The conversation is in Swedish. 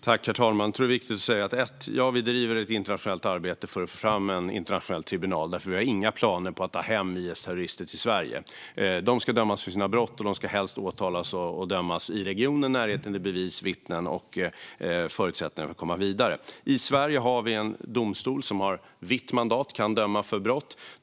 Herr talman! Jag tror att det är viktigt att säga att vi driver ett internationellt arbete för att få fram en internationell tribunal. Vi har inga planer på att ta hem IS-terrorister. De ska dömas för sina brott. De ska helst åtalas och dömas i regionen, med närhet till bevis och vittnen och med förutsättningar för att komma vidare. I Sverige har vi en domstol som har ett vitt mandat och som kan döma personer för brott.